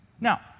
Now